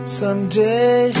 Someday